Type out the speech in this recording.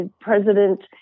President